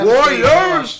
Warriors